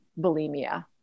bulimia